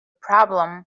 problem